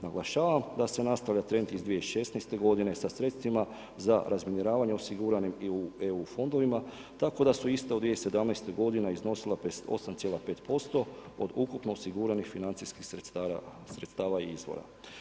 Naglašavam da se nastavlja trend iz 2016. godine sa sredstvima za razminiravanje osiguranim i u EU fondovima, tako da su ista u 2017. g. iznosila 58,5% od ukupno osiguranih financijskih sredstava i izvora.